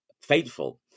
fateful